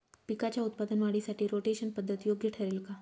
पिकाच्या उत्पादन वाढीसाठी रोटेशन पद्धत योग्य ठरेल का?